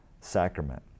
sacrament